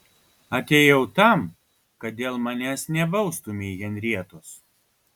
atėjau tam kad dėl manęs nebaustumei henrietos